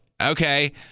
okay